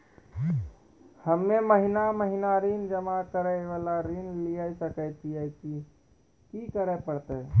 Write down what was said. हम्मे महीना महीना ऋण जमा करे वाला ऋण लिये सकय छियै, की करे परतै?